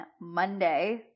Monday